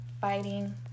fighting